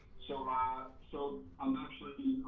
so ah so i'm actually,